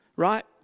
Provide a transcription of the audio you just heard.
Right